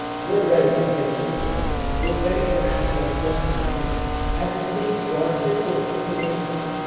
we're ready to take them to venus. we're ready to ask those questions as we speak. so our kids will see the answers.